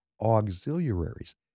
auxiliaries